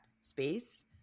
space